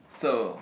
so